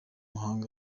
n’amahanga